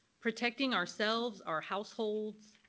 protecting ourselves, our households,